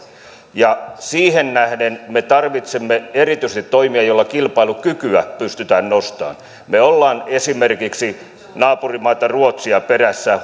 ja siihen nähden me tarvitsemme erityisesti toimia joilla kilpailukykyä pystytään nostamaan me olemme esimerkiksi naapurimaata ruotsia perässä